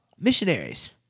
Missionaries